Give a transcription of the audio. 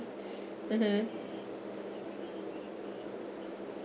mmhmm